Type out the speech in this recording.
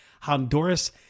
Honduras